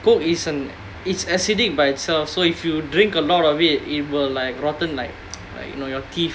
Coke is a it's acidic by itself so if you drink a lot of it it will like rotten like like you know your teeth